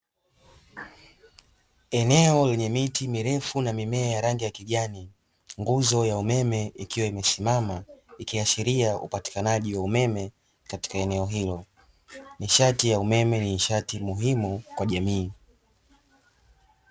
Eneo lenye miti mirefu na mimea ya rangi ya kijani, nguzo ya umeme ikiwa imesimama ikiashiria upatikanaji wa umeme katika eneo hilo, nishati ya umeme ni nishati muhimu kwa jamii.